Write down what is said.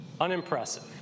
unimpressive